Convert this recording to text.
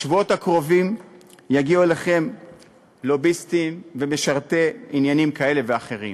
בשבועות הקרובים יגיעו אליכם לוביסטים ומשרתי עניינים כאלה ואחרים